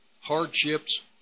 hardships